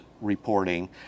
reporting